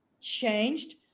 changed